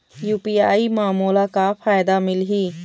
UPI म मोला का फायदा मिलही?